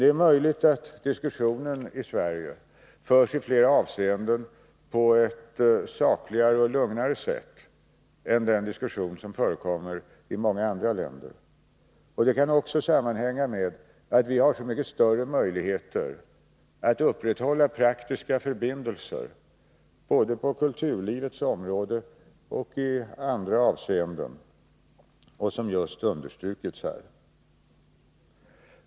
Det är möjligt att diskussionen i Sverige i flera avseenden förs på ett sakligare och lugnare sätt än den diskussion som förekommer i många andra länder. Detta kan sammanhänga med att vi har så mycket större möjligheter att upprätthålla de praktiska förbindelser, både på kulturlivets område och i andra avseenden, vilka just understrukits här.